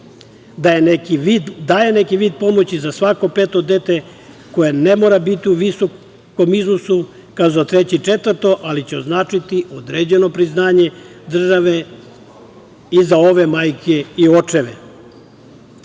daje neki vid pomoći za svako peto dete, koje ne mora biti u visokom iznosu kao za treće i četvrto, ali će značiti određeno priznanje države i za ove majke i očeve.